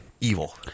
evil